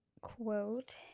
quote